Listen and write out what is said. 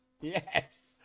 Yes